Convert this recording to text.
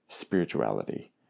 spirituality